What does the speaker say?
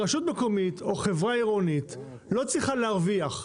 רשות מקומית או חברה עירונית לא צריכות להרוויח,